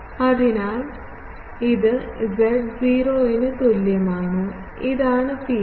അതിനാൽ ഇത് z 0 ന് തുല്യമാണ് ഇതാണ് ഫീൽഡ്